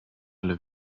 alle